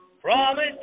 promise